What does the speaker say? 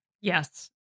Yes